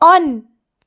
on